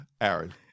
Aaron